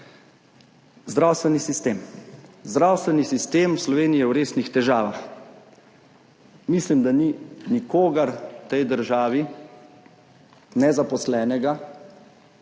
Zdravstveni sistem v Sloveniji je v resnih težavah. Mislim, da ni nikogar v tej državi, ne zaposlenega